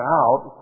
out